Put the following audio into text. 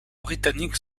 britannique